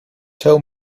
tell